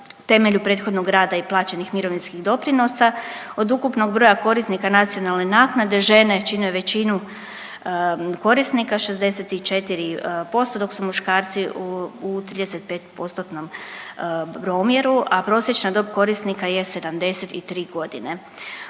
prethodnog rada i plaćenih mirovinskih doprinosa. Od ukupnog broja korisnika nacionalne naknade žene čine većinu korisnika 64% dok su muškarci u 35 postotnom promjeru, a prosječna dob korisnika je 73 godine.